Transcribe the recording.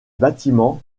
bâtiment